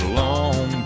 long